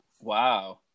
Wow